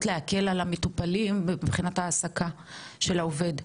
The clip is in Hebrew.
להקל על המטופלים מבחינת ההעסקה של העובד,